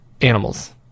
animals